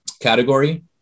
category